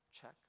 check